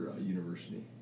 university